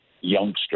youngster